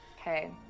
Okay